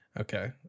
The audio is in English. Okay